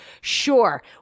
sure